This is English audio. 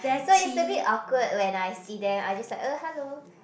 so it's a bit awkward when I see them I just like uh hello